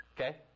Okay